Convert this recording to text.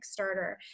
Kickstarter